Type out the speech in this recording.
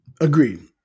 agreed